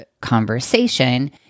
conversation